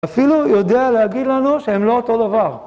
אפילו יודע להגיד לנו שהם לא אותו דבר.